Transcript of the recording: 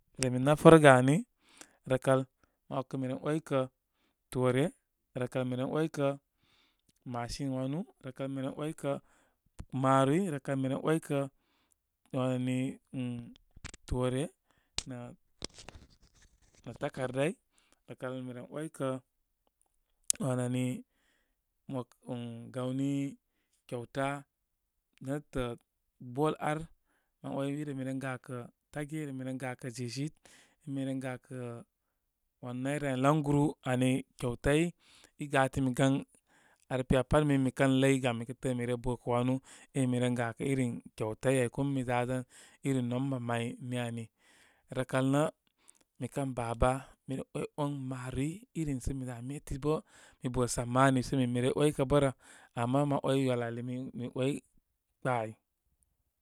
Re mi nafərəgə ani. Pə kal ma ‘waykə miren ‘waykə toore, rəkal miren ‘waykə machine wanu rəkal mi ren ‘waykə maroroi, rəkal miren ‘waykə wani nih toore nə takardai. Rəkal mi ren ‘waykə wanani mə, nih gawni kyauta nétə ball ar. Mən ‘way ire mi ren gakə tage, ire mi ren gakə jesey, ire mi ren gakə wan nayrə an laŋguru ani kyautai, i gatimi gan ar piya pat min mi kən ləy gami təə min mire bə kə wanu, ire mi ren gakə irin kyauta, áy. Kuma mi zazan irim nomba may ni am. Rəkal nə mi kən ba baa, mire ‘way ‘wan maroroi iri sə mi dá meti bə mi bə samani niisə min mi rey ‘waykə bə rə. Ama mo ‘way ywal ali mən ‘way kpa áy.